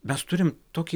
mes turime tokį